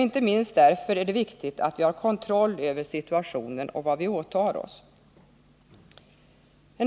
Inte minst för är det viktigt att vi har kontroll över situationen och över vad vi åtar oss.